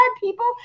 people